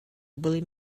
william